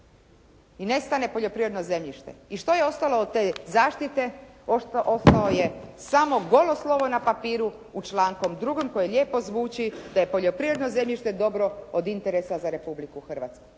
i nestane poljoprivredno zemljište. I što je ostalo od te zaštite, ostalo je samo golo slovo na papiru u članku 2. koji lijepo zvuči da je poljoprivredno zemljište dobro od interesa za Republiku Hrvatsku.